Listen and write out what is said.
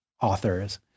authors